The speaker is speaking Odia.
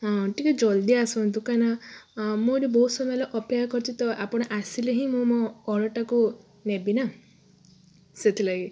ହଁ ଟିକେ ଜଲଦି ଆସନ୍ତୁ କାହିଁକିନା ମୁଁ ଏଠି ବହୁତ ସମୟ ହେଲା ଅପେକ୍ଷା କରିଛି ତ ଆପଣ ଆସିଲେ ହିଁ ମୁଁ ମୋ ଅର୍ଡ଼ରଟାକୁ ନେବିନା ସେଥିଲାଗି